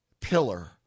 pillar